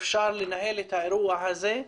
אפשר לנהל את האירוע הזה,